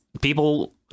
people